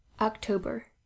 October